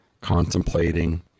contemplating